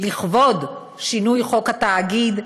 לכבוד שינוי חוק התאגיד,